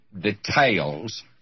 details